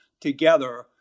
together